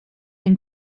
been